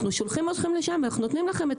אנחנו שולחים אתכם לשם ונותנים לכם את